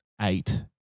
eight